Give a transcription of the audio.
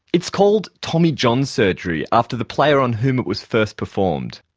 it's called tommy john surgery after the player on whom it was first performed.